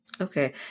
Okay